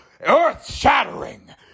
earth-shattering